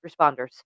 responders